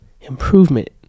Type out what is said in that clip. improvement